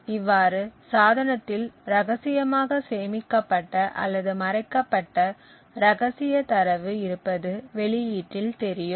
இவ்வாறு சாதனத்தில் ரகசியமாக சேமிக்கப்பட்ட அல்லது மறைக்கப்பட்ட ரகசிய தரவு இருப்பது வெளியீட்டில் தெரியும்